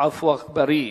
עפו אגבאריה.